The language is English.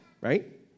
right